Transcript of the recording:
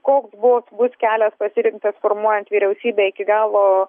koks buvo bus kelias pasirinktas formuojant vyriausybę iki galo